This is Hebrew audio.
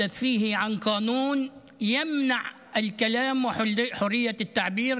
אנחנו מדברים בו על חוק שמונע את הדיבור ואת חופש הביטוי,